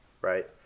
right